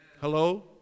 Hello